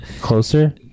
closer